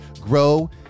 grow